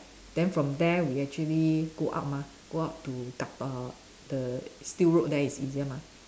then from there we actually go out mah go out to the still road there is easier mah